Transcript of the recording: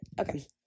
okay